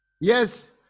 Yes